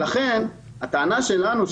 הטענה שלנו היא